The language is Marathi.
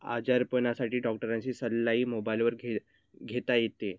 आजारपणासाठी डॉक्टरांची सल्लाही मोबाईलवर घे घेता येतो